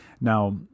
Now